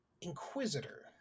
Inquisitor